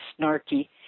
snarky